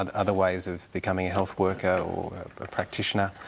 other ways of becoming a health worker or a practitioner.